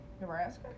Nebraska